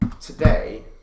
today